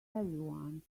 everyone